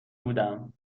بودم